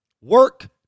work